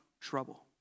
trouble